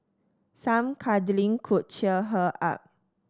some cuddling could cheer her up